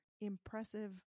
impressive